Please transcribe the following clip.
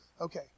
Okay